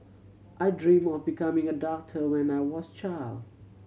I dream of becoming a doctor when I was child